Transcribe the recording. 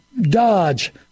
Dodge